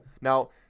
Now